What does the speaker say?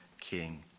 king